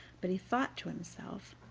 but he thought to himself